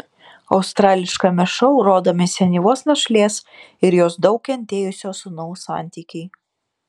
australiškame šou rodomi senyvos našlės ir jos daug kentėjusio sūnaus santykiai